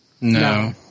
No